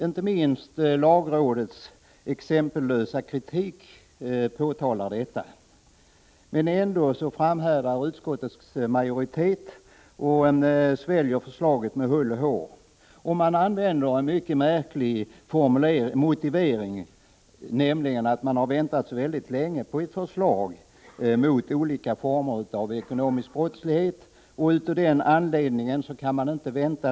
Inte minst genom lagrådets exempellösa kritik påtalas detta. Ändå framhärdar utskottets majoritet och sväljer förslaget med hull och hår, med en mycket märklig motivering, nämligen att man har väntat så länge på ett förslag om åtgärder mot olika former av ekonomisk brottslighet att man inte kan vänta längre.